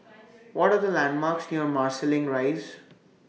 What Are The landmarks near Marsiling Rise